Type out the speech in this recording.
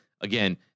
again